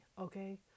okay